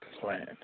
plan